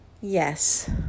Yes